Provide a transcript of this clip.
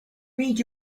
read